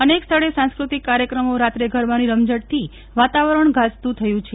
અનેક સ્થળે સાંસ્કૃતિક કાર્યક્રમો રાત્રે ગરબાની રમઝટથી વાતાવરણ ગાજતું થયું છે